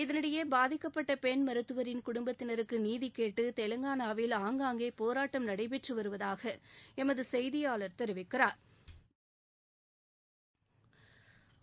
இதனிடையே பாதிக்கப்பட்ட பெண் மருத்துவரின் குடும்பத்தினருக்கு நீதி கேட்டு தெலங்கானாவில் ஆங்காங்கே போராட்டம் நடைபெற்று வருவதாக எமது செய்தியாளா் தெரிவிக்கிறாா்